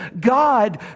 God